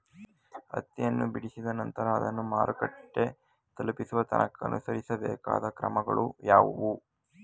ಹತ್ತಿಯನ್ನು ಬಿಡಿಸಿದ ನಂತರ ಅದನ್ನು ಮಾರುಕಟ್ಟೆ ತಲುಪಿಸುವ ತನಕ ಅನುಸರಿಸಬೇಕಾದ ಕ್ರಮಗಳು ಯಾವುವು?